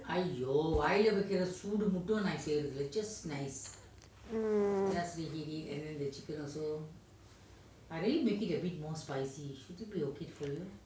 hmm